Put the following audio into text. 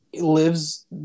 lives